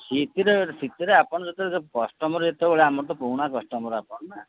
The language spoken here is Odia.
ସେଥିରେ ଆପଣ ଯେତେବେଳେ କଷ୍ଟମ୍ର ଯେତେବେଳେ ଆମର ତ ପୁରୁଣା କଷ୍ଟମ୍ର ଆପଣ ନା